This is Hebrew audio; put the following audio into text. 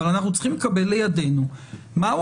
אבל אנחנו צריכים לקבל לידינו מהו